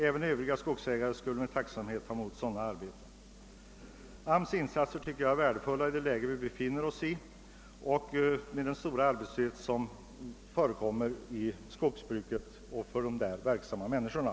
Även andra skogsägare skulle ta emot sådana arbeten med tacksamhet. Jag tycker att AMS” insatser är värdefulla i det läge där vi befinner oss med den stora arbetslöshet som förekommer i skogsbruket och för de där verksamma människorna.